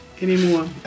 anymore